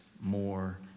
more